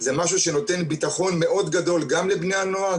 זה משהו שנותן ביטחון מאוד גדול גם לבני הנוער,